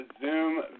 Zoom